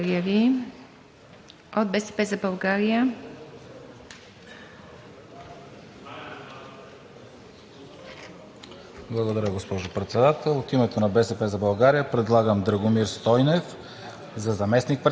СВИЛЕНСКИ (БСП за България): Благодаря, госпожо Председател. От името на „БСП за България“ предлагам Драгомир Стойнев